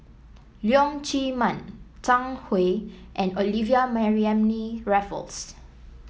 Leong Chee Mun Zhang Hui and Olivia Mariamne Raffles